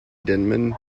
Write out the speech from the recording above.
denman